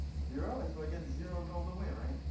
zero. and so i get zero so the way, right?